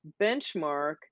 benchmark